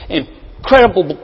incredible